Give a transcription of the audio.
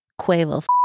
Quavo